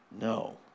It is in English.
No